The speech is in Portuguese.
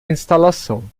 instalação